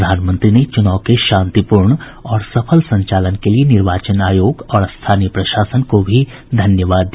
प्रधानमंत्री ने चुनाव के शांतिपूर्ण और सफल संचालन के लिए निर्वाचन आयोग और स्थानीय प्रशासन को भी धन्यवाद दिया